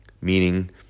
Meaning